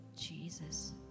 Jesus